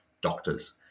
doctors